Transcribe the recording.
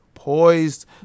poised